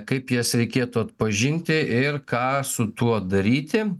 kaip jas reikėtų atpažinti ir ką su tuo daryti